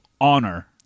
honor